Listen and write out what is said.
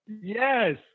Yes